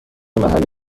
محلی